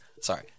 Sorry